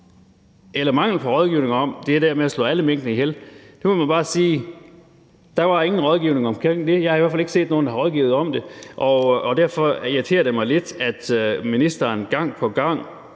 eller mangel på rådgivning – om det der med at slå alle mink ihjel: Man må bare sige, at der ikke var nogen rådgivning om det. Jeg har i hvert fald ikke set nogen, der har rådgivet om det, og derfor irriterer det mig lidt, at ministeren gang på gang